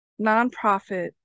Nonprofit